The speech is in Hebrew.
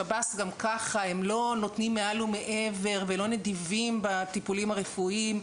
שב"ס גם ככה לא נותנים מעל ומעבר ולא נדיבים בטיפולים הרפואיים,